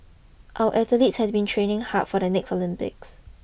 our athletes have been training hard for the next Olympics